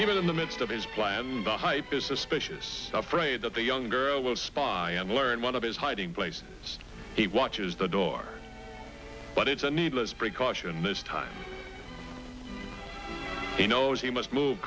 even in the midst of his plan hype is suspicious afraid that the young girl will spawn learned one of his hiding place he watches the door but it's a need as a precaution this time he knows he must move